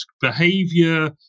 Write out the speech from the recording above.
behavior